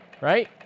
right